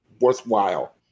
worthwhile